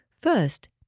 First